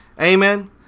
amen